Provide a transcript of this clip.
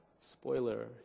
Spoiler